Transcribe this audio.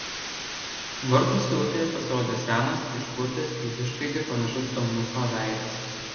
vartų skylutėje pasirodė senas išpurtęs į vištgaidį panašus eunucho veidas